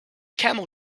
camel